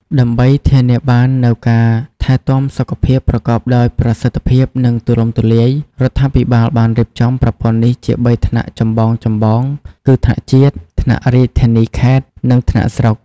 ដើម្បីធានាបាននូវការថែទាំសុខភាពប្រកបដោយប្រសិទ្ធភាព និងទូលំទូលាយ រដ្ឋាភិបាលបានរៀបចំប្រព័ន្ធនេះជា បីថ្នាក់ចម្បងៗគឺ ថ្នាក់ជាតិ ថ្នាក់រាជធានី/ខេត្ត និងថ្នាក់ស្រុក។